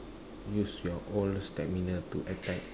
use your own stamina to attack